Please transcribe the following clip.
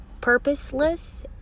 purposeless